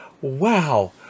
Wow